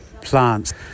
plants